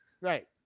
right